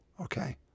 okay